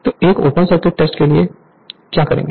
तो एक open circuit test के लिए क्या करेंगे